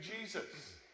Jesus